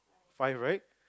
five right